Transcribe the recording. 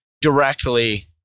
directly